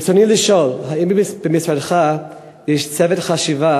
ברצוני לשאול: האם יש במשרד צוות חשיבה